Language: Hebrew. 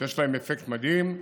שיש להם אפקט מדהים,